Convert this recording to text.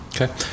okay